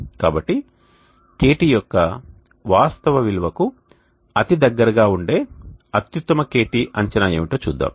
కాబట్టి KT యొక్క వాస్తవ విలువకు అతి దగ్గరగా ఉండే అత్యుత్తమ KT అంచనా ఏమిటో చూద్దాం